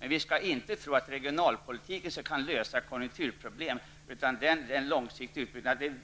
men vi skall inte tro att regionalpolitiken kan lösa konjunkturproblem, utan där krävs en långsiktig utbyggnad.